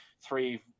three